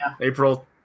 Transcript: April